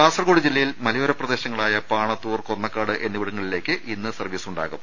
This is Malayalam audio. കാസർക്കോട് ജില്ലയിൽ മലയോര പ്രദേശങ്ങളായ പാണത്തൂർ കൊന്നക്കാട് എന്നിവിടങ്ങളിലേക്ക് ഇന്ന് സർവീസ് ഉണ്ടാവും